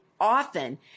often